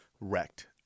wrecked